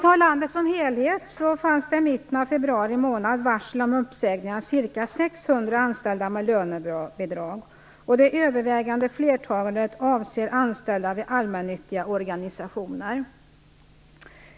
För landet som helhet fanns det i mitten av februari månad varsel om uppsägning av ca 600 anställda med lönebidrag. Det övervägande flertalet avser anställda vid allmännyttiga organisationer.